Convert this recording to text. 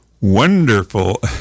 wonderful